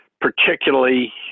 particularly